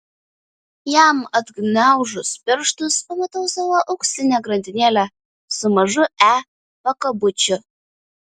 jam atgniaužus pirštus pamatau savo auksinę grandinėlę su mažu e pakabučiu